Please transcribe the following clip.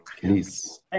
Please